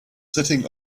sitting